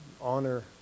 honor